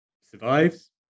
survives